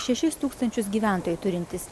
šešis tūkstančius gyventojų turintis